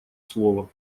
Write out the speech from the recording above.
слова